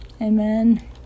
Amen